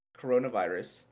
coronavirus